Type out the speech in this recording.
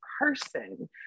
person